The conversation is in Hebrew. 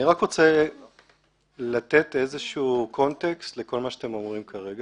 אני רק רוצה לתת איזשהו קונטקסט לכל מה שאתם אומרים כרגע